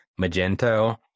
Magento